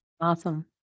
Awesome